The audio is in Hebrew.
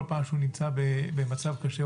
כל פעם שהוא נמצע במצב קשה,